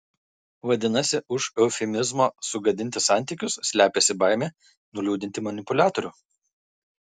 vadinasi už eufemizmo sugadinti santykius slepiasi baimė nuliūdinti manipuliatorių